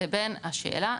לבין השאלה,